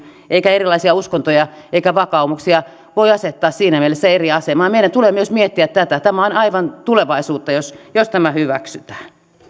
eikä erilaisia uskontoja ja vakaumuksia voi asettaa siinä mielessä eri asemaan meidän tulee myös miettiä tätä tämä on aivan tulevaisuutta jos jos tämä hyväksytään